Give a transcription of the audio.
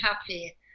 happy